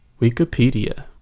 Wikipedia